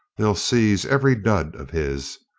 they'll seize every dud of his.